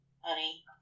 Honey